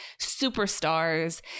superstars